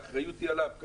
האחריות היא עליו,